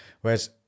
whereas